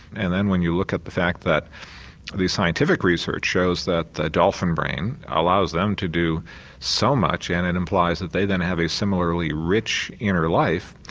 and then when you look at the fact that the scientific research shows that the dolphin brain allows them to do so much and it implies that they then have a similarly rich inner life,